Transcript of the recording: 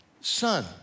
Son